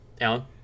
Alan